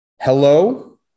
hello